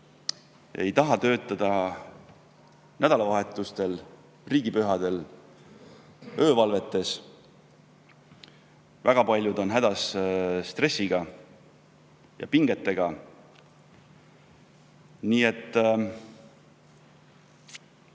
ei taha töötada nädalavahetustel, riigipühadel ega öövalvetes. Väga paljud on hädas stressi ja pingetega. Nii et